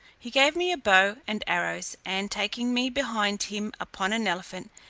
he gave me a bow and arrows, and, taking me behind him upon an elephant,